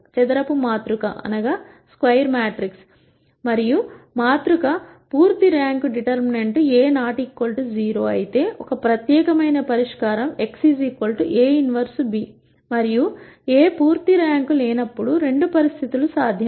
చదరపు మాతృక మరియు మాతృక పూర్తి ర్యాంక్ డిటర్మినెంట్ A not 0 అయితే ఒక ప్రత్యేకమైన పరిష్కారం x A 1 b మరియు A పూర్తి ర్యాంక్ లేనప్పుడు రెండు పరిస్థితులు సాధ్యమే